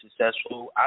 successful